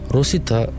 Rosita